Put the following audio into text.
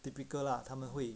typical lah 他们会